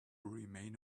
remain